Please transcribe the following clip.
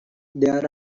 there